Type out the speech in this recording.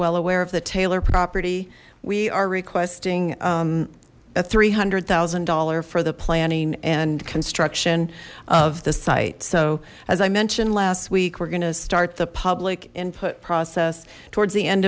well aware of the taylor property we are requesting a three hundred thousand dollars for the planning and construction of the site so as i mentioned last week we're going to start the public input process towards the end